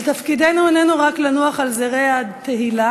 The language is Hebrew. אבל תפקידנו איננו רק לנוח על זרי התהילה,